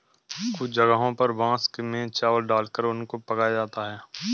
कुछ जगहों पर बांस में चावल डालकर उनको पकाया जाता है